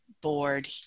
board